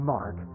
Mark